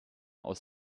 aus